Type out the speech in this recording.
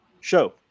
show